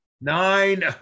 nine